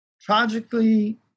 tragically